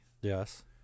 Yes